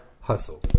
hustle